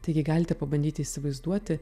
taigi galite pabandyti įsivaizduoti